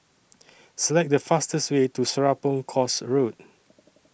Select The fastest Way to Serapong Course Road